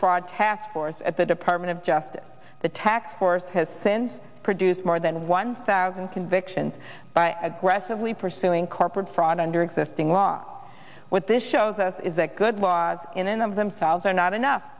fraud task force at the department of justice the tax corps has since produced more than one thousand convictions by aggressively pursuing corporate fraud under existing law what this shows us is that good laws in and of themselves are not enough